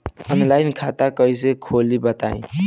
Online खाता कइसे खोली बताई?